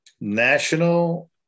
National